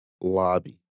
lobby